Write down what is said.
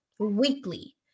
weekly